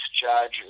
judge